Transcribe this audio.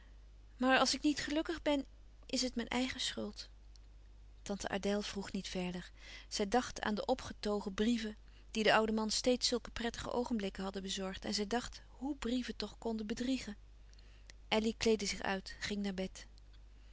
maar als ik niet gelukkig ben is het mijn eigen schuld tante adèle vroeg niet verder zij dacht aan de opgetogen brieven die den ouden man steeds zulke prettige oogenblikken hadden bezorgd en zij dacht hoe brieven toch konden bedriegen elly kleedde zich uit ging naar bed